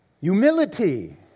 Humility